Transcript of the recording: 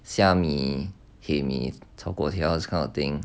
sia mee hae mee 炒果条 this kind of thing